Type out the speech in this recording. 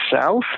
South